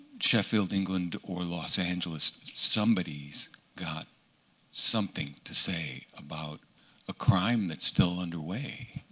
sheffield, england, or los angeles, somebody has got something to say about a crime that's still underway,